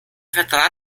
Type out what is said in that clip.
vertrat